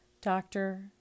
Doctor